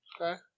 okay